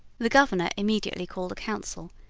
the governor immediately called a council,